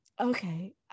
okay